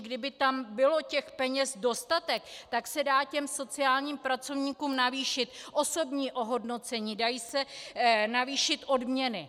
Kdyby tam bylo těch peněz dostatek, tak se dá sociálním pracovníkům navýšit osobní ohodnocení, dají se navýšit odměny.